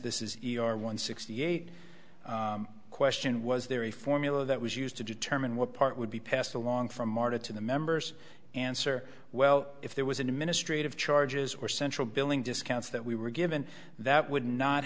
this is one sixty eight question was there a formula that was used to determine what part would be passed along from marta to the members answer well if there was administrative charges or central billing discounts that we were given that would not